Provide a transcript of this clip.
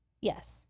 Yes